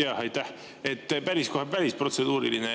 Aitäh! Kohe päris protseduuriline.